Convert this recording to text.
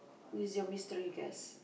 who is your mystery guest